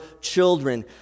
children